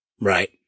Right